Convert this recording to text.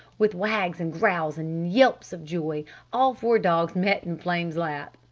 with wags and growls and yelps of joy all four dogs met in flame's lap.